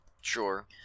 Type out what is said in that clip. Sure